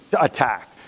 attack